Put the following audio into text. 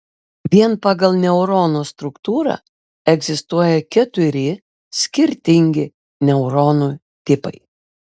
vien pagal neurono struktūrą egzistuoja keturi skirtingi neuronų tipai